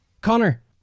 Connor